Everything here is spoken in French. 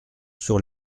sur